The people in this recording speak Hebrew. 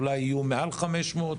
אולי יהיו מעל 500,